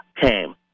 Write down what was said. came